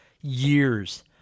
years